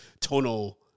tonal